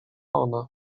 ona